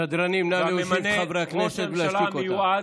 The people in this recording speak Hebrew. סדרנים, נא להושיב את חברי הכנסת ולהשתיק אותם.